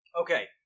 Okay